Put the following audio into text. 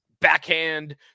backhand